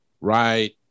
right